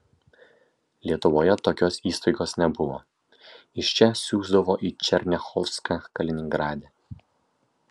lietuvoje tokios įstaigos nebuvo iš čia siųsdavo į černiachovską kaliningrade